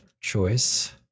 choice